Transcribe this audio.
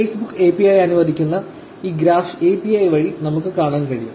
Facebook API അനുവദിക്കുന്നു ഈ graph API വഴി നമുക്ക് കാണാൻ കഴിയും